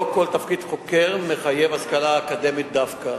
לא כל תפקיד חוקר מחייב השכלה אקדמית דווקא.